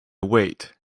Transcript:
weight